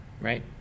Right